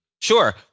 Sure